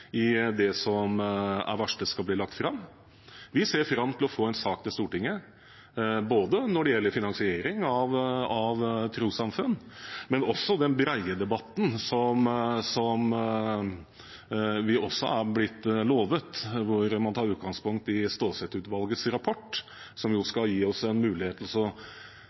i det som er varslet skal bli lagt fram. Vi ser fram til å få en sak til Stortinget når det gjelder finansiering av trossamfunn, men også den brede debatten som vi er blitt lovet, hvor man tar utgangspunkt i Stålsett-utvalgets rapport, som skal gi oss en mulighet